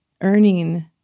earning